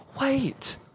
wait